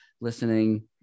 listening